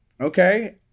okay